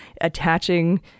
attaching